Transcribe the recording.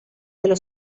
dello